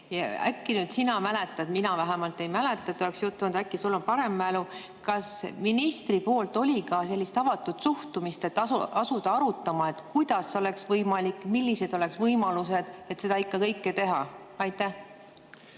Äkki sina mäletad, mina vähemalt ei mäleta, et oleks juttu olnud, äkki sul on parem mälu. Kas ministrilt oli ka sellist avatud suhtumist asuda arutama, kuidas oleks võimalik, millised oleks võimalused, et seda kõike teha? Ma